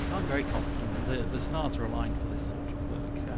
like i'm very confident. the the stars are aligned for this sort of work.